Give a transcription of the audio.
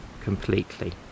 completely